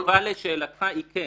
התשובה לשאלתך היא כן.